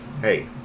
Hey